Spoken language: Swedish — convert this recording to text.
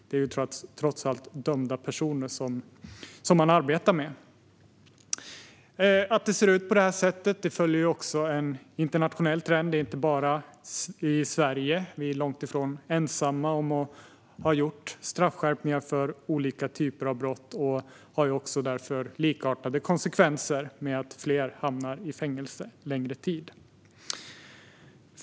Det är ju trots allt dömda personer man arbetar med. Att det ser ut på detta sätt följer en internationell trend. Sverige är långt ifrån ensamt om att ha gjort straffskärpningar för olika typer av brott. Konsekvenserna är också likartade: Fler hamnar i fängelse under längre tid.